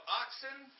oxen